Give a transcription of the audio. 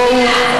בואו,